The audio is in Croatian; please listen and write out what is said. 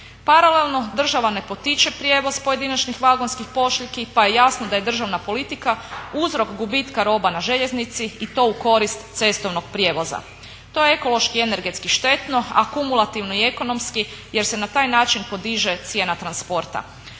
Paralelno država ne potiče prijevoz pojedinačnih vagonskih pošiljki, pa je jasno da je državna politika uzrok gubitka roba na željeznici i to u korist cestovnog prijevoza. To je ekološki i energetski štetno, a kumulativno i ekonomski jer se na taj način podiže cijena transporta.